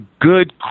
good